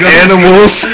animals